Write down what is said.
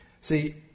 See